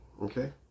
Okay